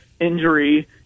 injury